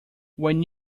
when